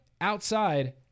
outside